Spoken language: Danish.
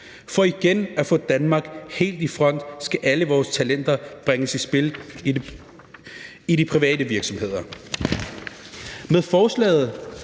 For igen at få Danmark helt i front skal alle vores talenter bringes i spil i de private virksomheder.